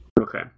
Okay